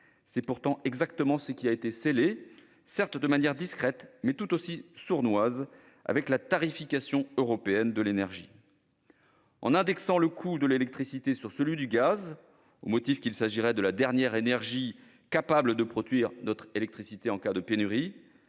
C'est pourtant exactement ce qui a été scellé, certes de manière discrète, mais néanmoins sournoise, avec la tarification européenne de l'énergie. En indexant le coût de l'électricité sur celui du gaz, au motif qu'il s'agirait de la dernière énergie capable de produire notre électricité en cas de pénurie,